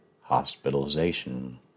hospitalization